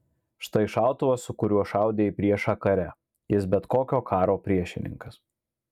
štai šautuvas su kuriuo šaudė į priešą kare jis bet kokio karo priešininkas